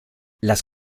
las